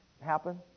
happen